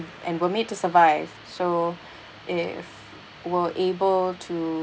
and were made to survive so if we're able to